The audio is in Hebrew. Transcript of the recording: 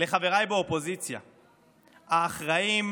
לחבריי בקואליציה האחראיים,